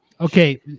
okay